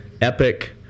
epic